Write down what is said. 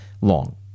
long